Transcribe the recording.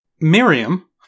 Miriam